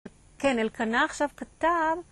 כן, אלקנה עכשיו כתב...